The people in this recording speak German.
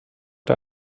der